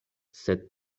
sed